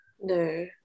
No